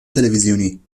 تلویزیونی